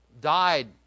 died